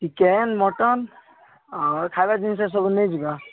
chicken mutton ଆଉ ଖାଇବା ଜିନିଷ ସବୁ ନେଇଯିବା